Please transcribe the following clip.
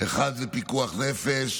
האחד זה פיקוח נפש